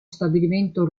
stabilimento